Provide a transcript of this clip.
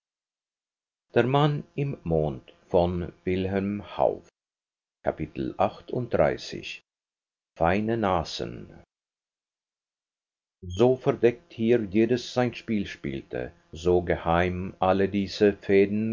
feine nasen so verdeckt hier jedes sein spiel spielte so geheim alle diese fäden